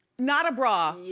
not a bra, yeah